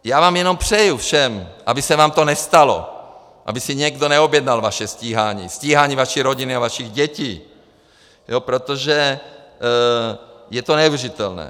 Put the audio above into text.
Já vám jenom přeju všem, aby se vám to nestalo, aby si někdo neobjednal vaše stíhání, stíhání vaší rodiny a vašich dětí, protože je to neuvěřitelné.